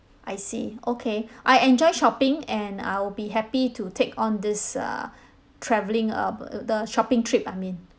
I see okay I enjoy shopping and I'll be happy to take on this uh travelling uh the shopping trip I mean